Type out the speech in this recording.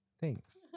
Thanks